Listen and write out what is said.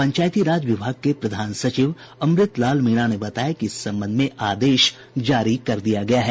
पंचायती राज विभाग के प्रधान सचिव अमृत लाल मीणा ने बताया कि इस संबंध में आदेश जारी कर दिया गया है